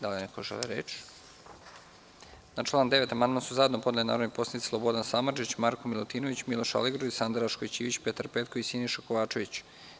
Da li neko želi reč? (Ne) Na član 9. amandman su zajedno podneli narodni poslanici Slobodan Samardžić, Marko Milutinović, Miloš Aligrudić, Sanda Rašković Ivić, Petar Petković i Siniša Kovačević.